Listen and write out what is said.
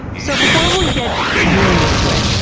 so, before we get really into it,